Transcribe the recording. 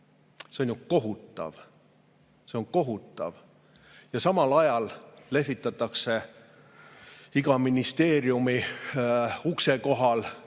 See on ju kohutav. See on kohutav! Samal ajal lehvitatakse iga ministeeriumi ukse kohal